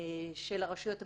של הרשויות המקומיות,